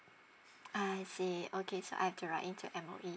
I see okay so I can write in to M_O_E